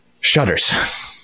Shudders